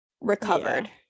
recovered